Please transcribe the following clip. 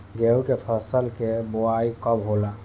गेहूं के फसल के बोआई कब होला?